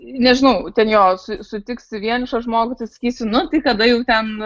nežinau ten jo su sutiksi vienišą žmogų tai sakysi nu tai tada jau ten